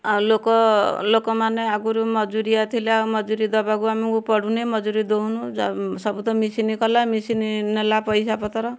ଆଉ ଲୋକ ଲୋକମାନେ ଆଗୁରୁ ମଜୁରିଆ ଥିଲେ ଆଉ ମଜୁରୀ ଦେବାକୁ ଆମକୁ ପଡ଼ୁନି ମଜୁରୀ ଦଉନୁ ଯ ସବୁ ତ ମିସିନି କଲା ମିସିନି ନେଲା ପଇସା ପତର